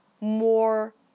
more